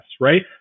right